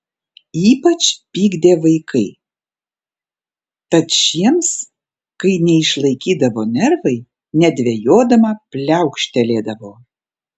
ypač pykdė vaikai tad šiems kai neišlaikydavo nervai nedvejodama pliaukštelėdavo